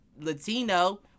Latino